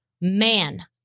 Man